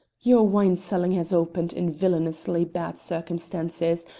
your wine-selling has opened in villainously bad circumstances,